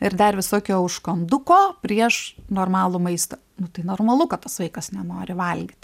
ir dar visokio užkanduko prieš normalų maistą nu tai normalu kad tas vaikas nenori valgyti